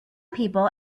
people